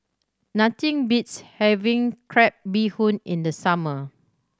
nothing beats having crab bee hoon in the summer